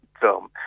film